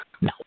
No